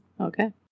Okay